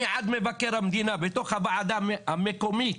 אני עד מבקר המדינה, בתוך הוועדה המקומית.